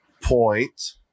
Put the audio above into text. point